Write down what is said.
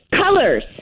colors